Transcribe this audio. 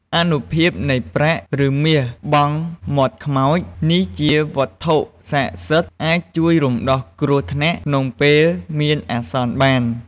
អានុភាពនៃប្រាក់ ឬមាសបង់មាត់ខ្មោចនេះជាវត្ថុសក្ដិសិទ្ធអាចជួយរំដោះគ្រោះថ្នាក់ក្នុងពេលមានអាសន្នបាន ។